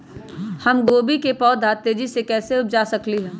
हम गोभी के पौधा तेजी से कैसे उपजा सकली ह?